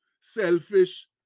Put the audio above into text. selfish